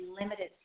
limited